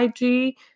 IG